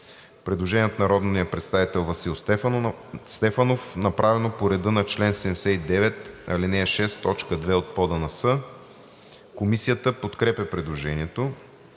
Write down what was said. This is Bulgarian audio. Предложение от народния представител Васил Стефанов, направено по реда на чл. 79, ал. 6, т. 2 от ПОДНС. Комисията подкрепя предложението.